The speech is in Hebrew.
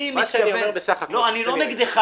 אני לא נגדך.